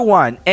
one